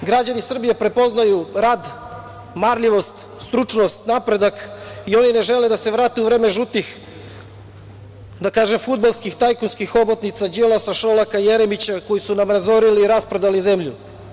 Građani Srbije prepoznaju rad, marljivost, stručnost, napredak i oni ne žele da se vrate u vreme žutih, da kažem, fudbalskih tajkunskih hobotnica Đilasa, Šolaka, Jeremića, koji su nam razorili i rasprodali zemlju.